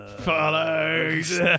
Follows